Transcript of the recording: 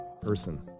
person